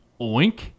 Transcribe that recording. oink